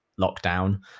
lockdown